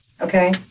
okay